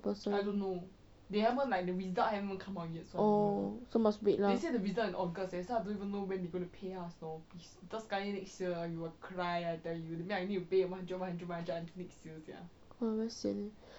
bursary oh so must wait lah !wah! very sian leh